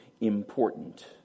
important